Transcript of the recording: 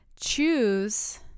choose